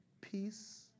peace